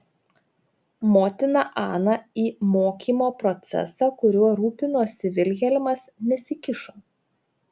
motina ana į mokymo procesą kuriuo rūpinosi vilhelmas nesikišo